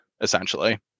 essentially